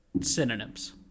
Synonyms